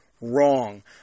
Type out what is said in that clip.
Wrong